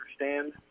understand